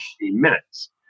minutes